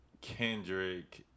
Kendrick